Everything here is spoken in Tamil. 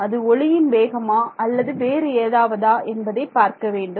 அது ஒளியின் வேகமா அல்லது வேறு ஏதாவதா என்பதை பார்க்க வேண்டும்